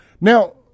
Now